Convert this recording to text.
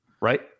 right